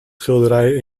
schilderij